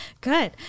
good